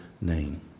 name